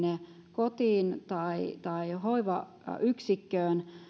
kotiin tai tai hoivayksikköön